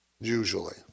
usually